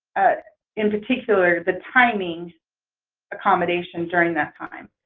in particular the timing accommodation, during that time.